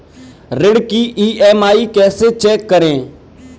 ऋण की ई.एम.आई कैसे चेक करें?